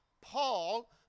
Paul